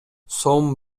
сом